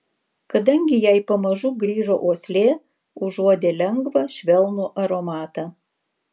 kadangi jai pamažu grįžo uoslė užuodė lengvą švelnų aromatą